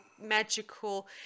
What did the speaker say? magical